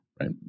right